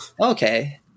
Okay